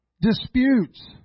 Disputes